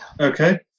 Okay